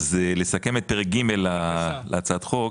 לסכם את פרק ג' להצעת החוק,